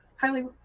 highly